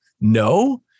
No